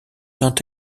not